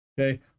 Okay